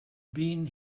been